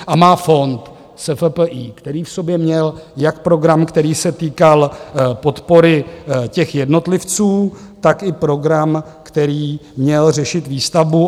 A má fond SFPI, který v sobě měl jak program, který se týkal podpory těch jednotlivců, tak i program, který měl řešit výstavbu.